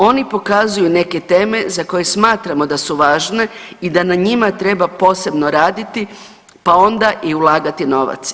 Oni pokazuju neke teme za koje smatramo da su važne i da na njima treba posebno raditi, pa onda i ulagati novac.